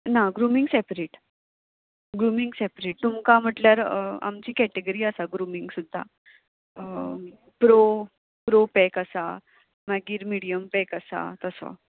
ना grooming separate grooming separate तुमकां म्हटल्यार आमची कॅटेगरी आसा ग्रुमींग सुद्दां प्रो प्रो पॅक आसा मागीर मिडियम पॅक आसा तसो